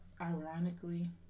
ironically